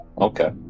Okay